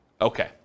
Okay